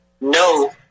no